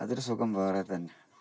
അതൊരു സുഖം വേറെ തന്നെ